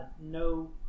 no